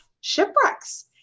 shipwrecks